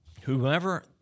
whoever